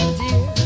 dear